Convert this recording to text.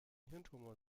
hirntumor